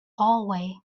hallway